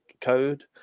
code